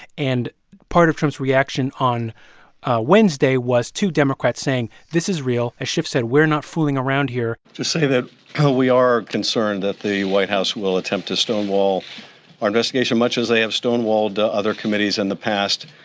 and part of trump's reaction on wednesday was two democrats saying this is real. as schiff said, we're not fooling around here to say that we are concerned that the white house will attempt to stonewall our investigation, much as they have stonewalled other committees in the past,